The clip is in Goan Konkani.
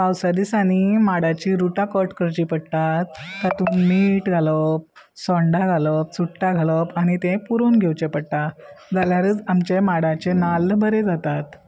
पावसा दिसांनी माडाचीं रुटां कट करची पडटात तातूंत मीठ घालप सोंडा घालप चुट्टां घालप आनी तें पुरोन घेवचें पडटा जाल्यारच आमचे माडाचे नाल्ल बरे जातात